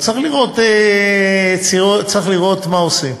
אבל צריך לראות מה עושים.